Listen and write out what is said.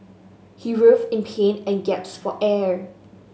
he writhed in pain and gasped for air